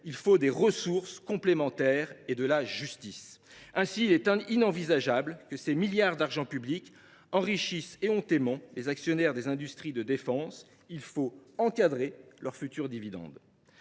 il faut des ressources complémentaires et de la justice. Ainsi, il est inenvisageable que ces milliards d’euros d’argent public enrichissent éhontément les actionnaires des industries de défense. Il faut encadrer leurs futurs dividendes.